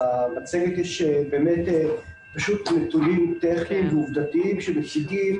במצגת יש נתונים טכניים ועובדתיים שמציגים